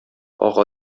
ага